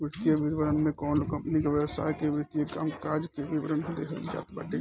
वित्तीय विवरण में कवनो कंपनी के व्यवसाय के वित्तीय कामकाज के विवरण देहल जात बाटे